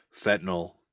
fentanyl